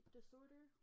disorder